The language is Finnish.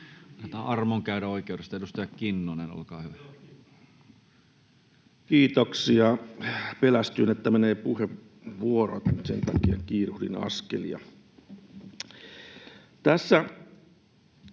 armon käydä oikeudesta. — Edustaja Kinnunen, olkaa hyvä. Kiitoksia! Pelästyin, että menee puheenvuoro. Sen takia kiiruhdin askelia. Tässä